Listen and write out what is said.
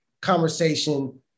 conversation